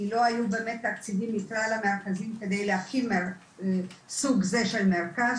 כי לא היו באמת תקציבים כדי להקים סוג זה של מרכז,